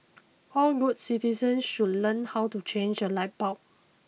all good citizens should learn how to change a light bulb